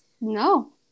No